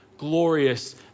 glorious